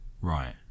Right